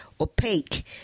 opaque